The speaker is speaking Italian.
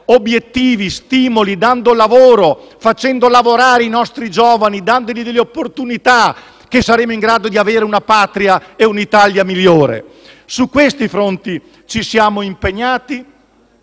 obiettivi e stimoli, dando lavoro, facendo lavorare i nostri giovani, dando loro delle opportunità che saremo in grado di avere una Patria e un'Italia migliore. Su questi fronti ci siamo impegnati